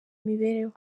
imibereho